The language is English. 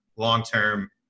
long-term